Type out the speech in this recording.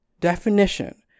definition